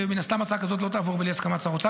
ומן הסתם הצעה כזאת לא תעבור בלי הסכמת שר אוצר,